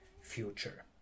future